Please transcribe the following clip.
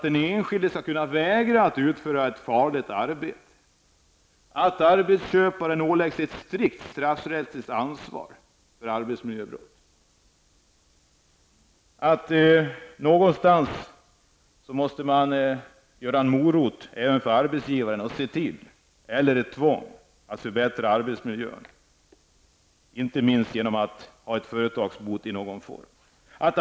Den enskilde skall kunna vägra att utföra ett farligt arbete. Arbetsköparens skall åläggas ett strikt straffrättsligt ansvar för arbetsmiljöbrott. Man måste ha en morot eller ett tvång -- t.ex. i form av företagsbot -- för arbetsgivaren -- så att denne ser till att förbättra arbetsmiljön.